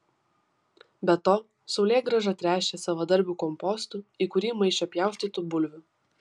be to saulėgrąžą tręšė savadarbiu kompostu į kurį maišė pjaustytų bulvių